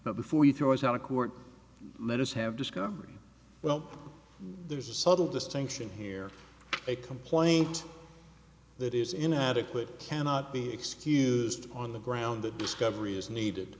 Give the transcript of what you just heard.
of before you throw us out of court let us have discovery well there's a subtle distinction here a complaint that is inadequate cannot be excused on the ground that discovery is needed